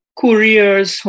couriers